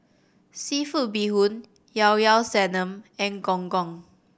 seafood bee hoon Llao Llao Sanum and Gong Gong